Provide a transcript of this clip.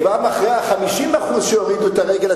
גם אחרי ה-50% שיורידו את הרגל,